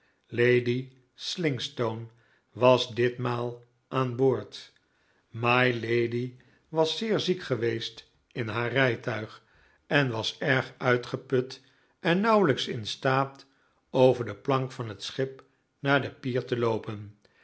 lady slingstone was ditmaal aan boord mylady was zeer ziek geweest in haar rijtuig en was erg uitgeput en nauwelijks in staat over de plank van het schip naar de pier te loopen